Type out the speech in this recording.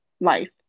life